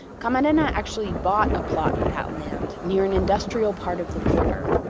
camarena actually bought a plot of that land near an industrial part of the border,